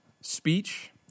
speech